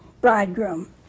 Bridegroom